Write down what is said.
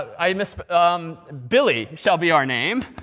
i mean um billy shall be our name.